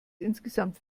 insgesamt